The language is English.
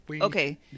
okay